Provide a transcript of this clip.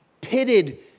pitted